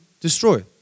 destroy